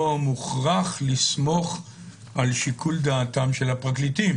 מוכרח לסמוך על שיקול דעתם של הפרקליטים